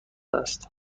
است